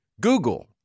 Google